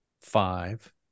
five